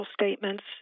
statements